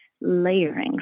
layering